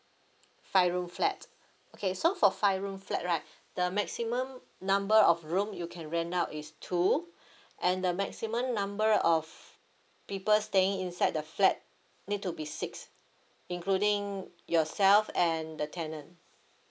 five room flat okay so for five room flat right the maximum number of room you can rent out is two and the maximum number of people staying inside the flat need to be six including yourself and the tenant